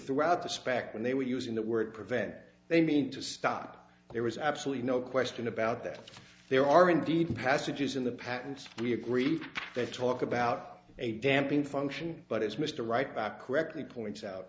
throughout the spectrum they were using the word prevent they mean to stop there was absolutely no question about that there are indeed passages in the patents we agreed that talk about a damping function but as mr right back correctly points out